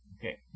Okay